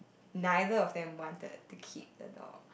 neither of them wanted to keep the dog